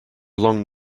long